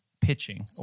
pitching